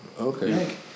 Okay